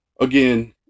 again